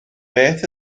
beth